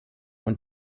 und